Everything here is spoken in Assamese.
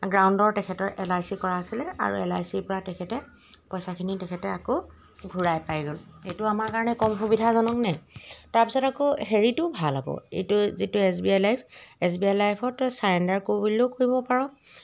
গ্ৰাউণ্ডৰ তেখেতৰ এল আই চি কৰা আছিলে আৰু এল আই চিৰপৰা তেখেতে পইচাখিনি তেখেতে আকৌ ঘূৰাই পাই গ'ল এইটো আমাৰ কাৰণে কম সুবিধাজনক নে তাৰপিছত আকৌ হেৰিটো ভাল আকৌ এইটো যিটো S B I life S B I লাইফত তই চাৰেণ্ডাৰ কৰোঁ বুলিলেও কৰিব পাৰ